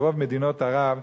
ברוב מדינות ערב,